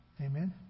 Amen